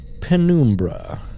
Penumbra